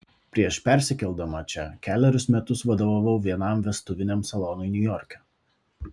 prieš persikeldama čia kelerius metus vadovavau vienam vestuviniam salonui niujorke